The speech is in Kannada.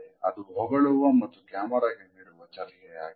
ಅದು ಹೊಗಳುವ ಮತ್ತು ಕ್ಯಾಮರಾಗೆ ನೀಡುವ ಚರ್ಚೆಯಾಗಿದೆ